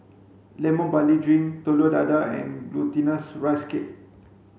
lemon barley drink telur dadah and glutinous rice cake